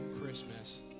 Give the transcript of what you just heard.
Christmas